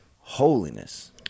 holiness